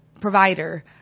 provider